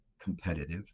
competitive